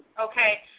Okay